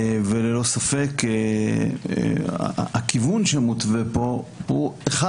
וללא ספק הכיוון שמותווה פה הוא אחד